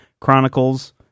Chronicles